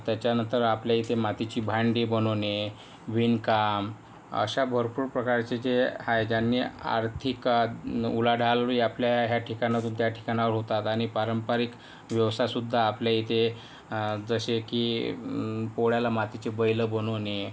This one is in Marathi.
त्याच्या नंतर आपल्या इथे मातीची भांडी बनवणे विणकाम अशा भरपूर प्रकारचे जे आहे ज्यांनी आर्थिक उलाढाल आपल्या ह्या ठिकाणातून त्या ठिकाणावर होतात आणि पारंपरिक व्यवसायसुद्धा आपल्या इथे जसे की पोळ्याला मातीचे बैल बनवणे